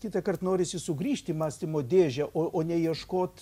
kitąkart norisi sugrįžt į mąstymo dėžę o o ne ieškot